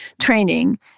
training